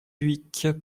dhuicq